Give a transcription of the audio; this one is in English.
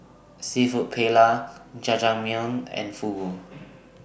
Seafood Paella Jajangmyeon and Fugu